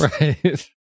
Right